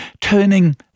turning